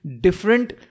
different